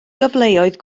gyfleoedd